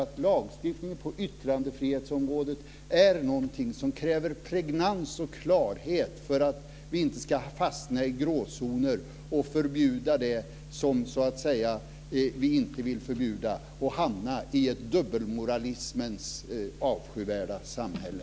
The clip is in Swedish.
Lagstiftningen på yttrandefrihetsområdet är nämligen något som kräver pregnans och klarhet för att vi inte ska fastna i gråzoner och förbjuda det som vi så att säga inte vill förbjuda och hamna i ett dubbelmoralismens avskyvärda samhälle.